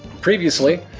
Previously